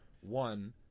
One